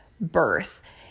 birth